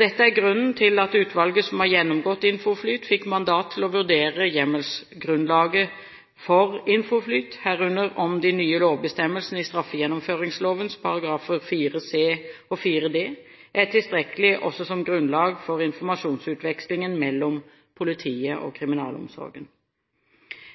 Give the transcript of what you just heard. Dette er grunnen til at utvalget som har gjennomgått INFOFLYT, fikk mandat til å vurdere hjemmelsgrunnlaget for INFOFLYT, herunder om de nye lovbestemmelsene i straffegjennomføringsloven §§ 4 c og 4 d er tilstrekkelige også som grunnlag for informasjonsutvekslingen mellom politiet og kriminalomsorgen.